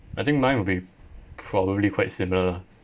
I think mine would be probably quite similar lah